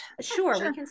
Sure